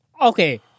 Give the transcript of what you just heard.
Okay